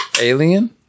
Alien